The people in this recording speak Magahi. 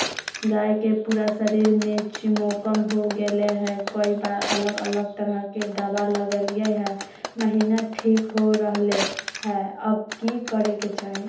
गाय के पूरा शरीर में चिमोकन हो गेलै है, कई बार अलग अलग तरह के दवा ल्गैलिए है महिना ठीक हो रहले है, अब की करे के चाही?